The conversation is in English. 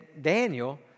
Daniel